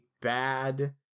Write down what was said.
bad